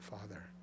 Father